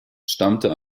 stammte